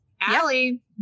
Allie